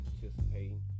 participating